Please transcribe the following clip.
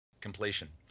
Completion